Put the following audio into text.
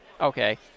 Okay